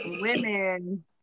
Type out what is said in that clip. women